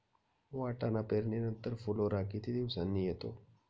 वाटाणा पेरणी नंतर फुलोरा किती दिवसांनी येतो?